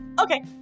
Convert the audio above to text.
Okay